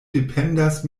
dependas